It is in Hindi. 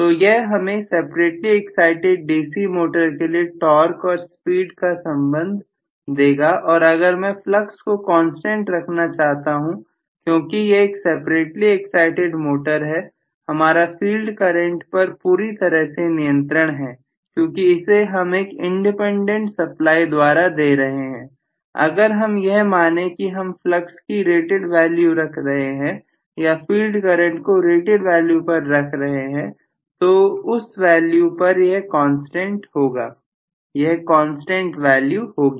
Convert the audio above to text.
तो यह हमें सेपरेटली एक्साइटिड डीसी मोटर के लिए टॉक और स्पीड का संबंध देगा और अगर मैं फ्लक्स को कांस्टेंट रखना चाहता हूं क्योंकि यह एक सेपरेटली एक्साइटिड मोटर है हमारा फील्ड करंट पर पूरी तरह से नियंत्रण है क्योंकि इसे हम एक इंडिपेंडेंट सप्लाई द्वारा दे रहे हैं अगर हम यह माने कि हम फ्लक्स की रेटेड वैल्यू रख रहे हैं या फील्ड करंट को रेटेड वैल्यू पर रख रहे हैं तो उस वैल्यू पर यह कांस्टेंट होगा यह कांस्टेंट वैल्यू होगी